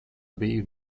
biju